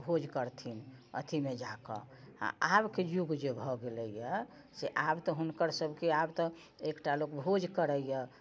आओर भोज करथिन अथीमे जाकऽ आओर आबके युग जे भऽ गेलैए से आब तऽ हुनकर सभके आब तऽ एकटा लोक भोज करैए